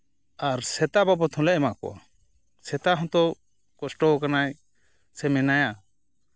ᱟᱨ ᱥᱮᱛᱟ ᱵᱟᱵᱚᱫ ᱦᱚᱸᱞᱮ ᱮᱟᱠᱚᱣᱟ ᱥᱮᱛᱟ ᱦᱚᱸᱛᱚ ᱠᱚᱥᱴᱚᱣ ᱠᱟᱱᱟᱭ ᱥᱮ ᱢᱮᱱᱟᱭᱟ